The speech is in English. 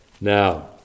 Now